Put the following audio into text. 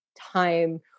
time